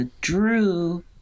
Drew